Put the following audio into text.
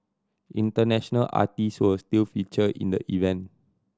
international artist will still feature in the event